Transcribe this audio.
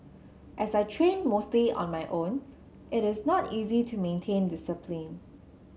as I train mostly on my own it is not easy to maintain discipline